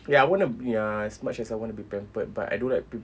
ya I want to ya as much as I want to be pampered but I don't like